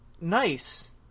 nice